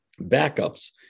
backups